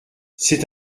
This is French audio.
c’est